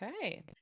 Okay